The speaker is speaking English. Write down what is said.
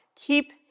Keep